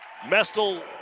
Mestel